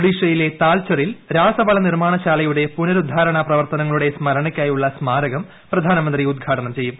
ഒഡീഷയിലെ താൽച്ചറിൽ രാസവളനിർമ്മാണ ശാലയുടെ പുനരുദ്ധാരണ പ്രവർത്തനങ്ങളുടെ സ്മരണയ്ക്കായുള്ള സ്മാരകം പ്രധാനമന്ത്രി ഉദ്ഘാടനം ചെയ്യും